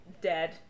dead